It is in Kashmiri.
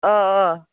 آ آ